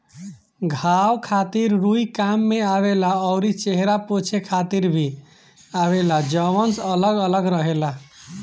घाव खातिर रुई काम में आवेला अउरी चेहरा पोछे खातिर भी आवेला जवन अलग अलग रहेला